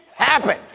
Happen